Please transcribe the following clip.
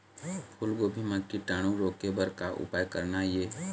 फूलगोभी म कीटाणु रोके बर का उपाय करना ये?